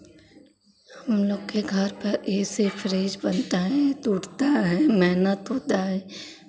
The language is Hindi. उन लोग के घर पर ए सी फ्रीज बनता है टूटता है मेहनत होता है